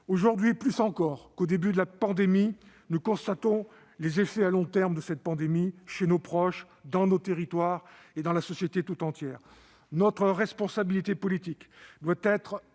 Aujourd'hui plus encore qu'au début de cette crise, nous constatons les effets à long terme de la pandémie sur nos proches, dans nos territoires et dans la société tout entière. Notre responsabilité politique doit être